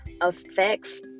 affects